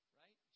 right